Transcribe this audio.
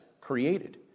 created